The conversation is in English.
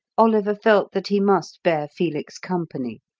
oliver felt that he must bear felix company.